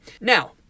Now